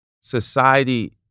society